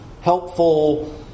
helpful